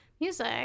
Music